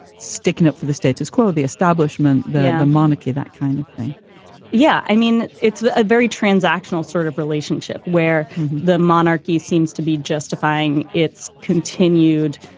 sticking up for the status quo, the establishment, the the monarchy, that kind of thing yeah. i mean, it's a very transactional sort of relationship where the monarchy seems to be justifying its continued,